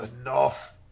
Enough